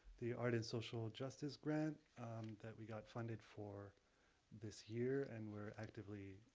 the art and social justice grant that we got funded for this year, and we're actively